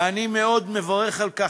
ואני מאוד מברך על כך.